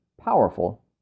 powerful